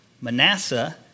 Manasseh